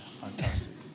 Fantastic